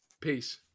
Peace